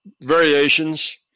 variations